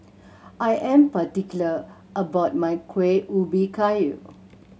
I am particular about my Kueh Ubi Kayu